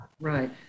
Right